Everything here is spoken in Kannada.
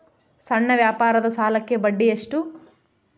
ಸಣ್ಣ ವ್ಯಾಪಾರದ ಸಾಲಕ್ಕೆ ಬಡ್ಡಿ ಎಷ್ಟು?